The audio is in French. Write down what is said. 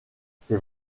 ces